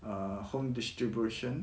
err home distribution